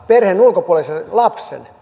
perheen ulkopuolisen lapsen